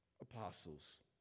apostles